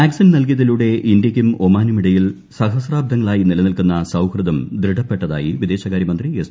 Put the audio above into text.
vaccine നൽകിയതിലൂടെ ഇന്ത്യയ്ക്കും ഒമാനുമിടയിൽ സഹസ്രാബ്ദങ്ങളായി നിലനിൽക്കുന്ന സൌഹൃദം ദൃഢപ്പെട്ടതായി വിദേശകാര്യ മന്ത്രി എസ്